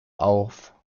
auf